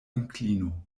inklino